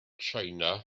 china